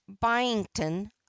Byington